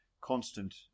constant